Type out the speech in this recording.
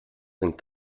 sind